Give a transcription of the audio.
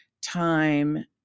time